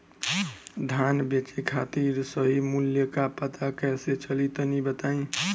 धान बेचे खातिर सही मूल्य का पता कैसे चली तनी बताई?